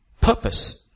purpose